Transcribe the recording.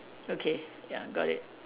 okay ya got it